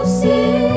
see